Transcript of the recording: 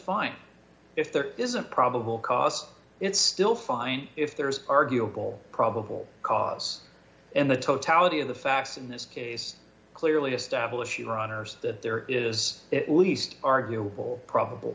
fine if there isn't probable cause it's still fine if there is arguable probable cause and the totality of the facts in this case clearly establish your honour's that there is at least arguable probable